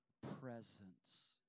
presence